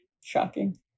Shocking